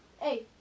Hey